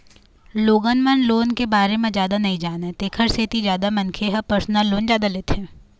लोगन मन लोन के बारे म जादा नइ जानय तेखर सेती जादा मनखे ह परसनल लोन जादा लेथे